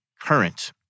current